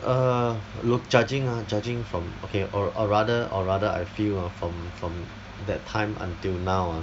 err look judging ah judging from okay or or rather or rather I feel uh from from that time until now ah